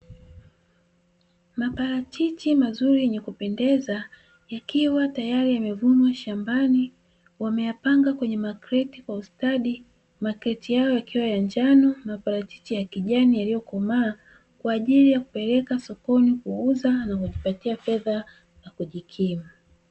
Maparachichi mazuri yenye kupendeza yakiwa tayari yamevunwa shambani wameyapanga kwenye makreti kwa ustadi, makreti hayo yakiwa ya njano na maparachichi ya kijani yaliyokomaa kwa ajili ya kupeleka sokoni kuuza na kujipatia fedha za kujikimu.